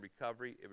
recovery